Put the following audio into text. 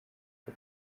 uko